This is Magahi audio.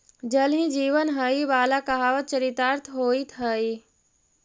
जल ही जीवन हई वाला कहावत चरितार्थ होइत हई